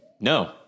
No